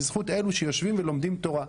בזכות אלו שיושבים ולומדים תורה.